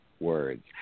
words